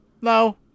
No